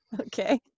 Okay